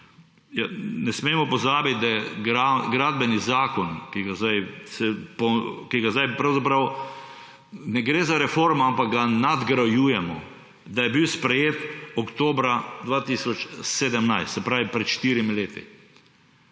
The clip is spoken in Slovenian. Ne smemo pozabiti, da je Gradbeni zakon, ki ga zdaj – pravzaprav ne gre za reformo, ampak ga nadgrajujemo –, da je bil sprejet oktobra 2017, se pravi pred štirimi leti.